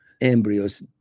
embryos